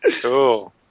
Cool